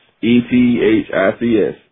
E-T-H-I-C-S